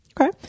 okay